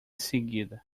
seguida